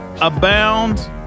abound